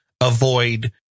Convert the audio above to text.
avoid